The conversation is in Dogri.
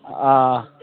आ